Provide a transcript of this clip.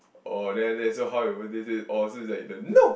or then after that so how it went so it's like the no